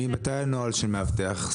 ממתי הנוהל של מאבטח?